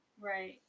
right